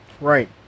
Right